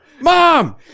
Mom